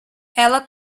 ela